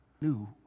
new